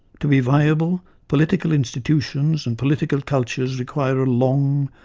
to be viable, political institutions and political cultures require a long,